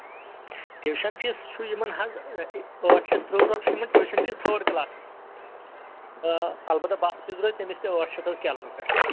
tuition fee چھُ یِمن حظ ٲٹھ شَتھ ترٛہ رۄپیہِ چھُ یِمن ٹوٗشن فیٖس تھٲرڈ کلاسس تہٕ اَلبتاہ بَس فیٖس روزِ تٔمِس تہِ ٲٹھ شَتھ حظ کیلمہٕ پیٚٹھ